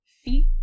Feet